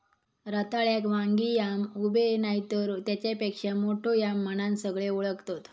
रताळ्याक वांगी याम, उबे नायतर तेच्यापेक्षा मोठो याम म्हणान सगळे ओळखतत